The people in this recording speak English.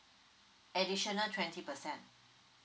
additional twenty percent